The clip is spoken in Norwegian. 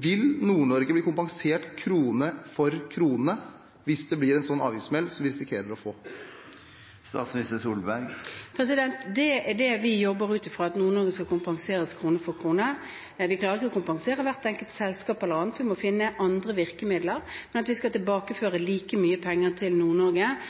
Vil Nord-Norge blir kompensert krone for krone hvis det blir en slik avgiftssmell som vi risikerer å få? Det er det vi jobber ut fra, at Nord-Norge skal kompenseres krone for krone. Vi klarer ikke å kompensere hvert enkelt selskap etc., vi må finne andre virkemidler, men vi skal tilbakeføre like mye penger til